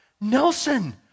Nelson